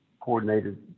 coordinated